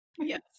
Yes